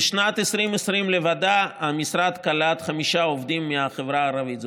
בשנת 2020 לבדה המשרד קלט חמישה עובדים מהחברה הערבית,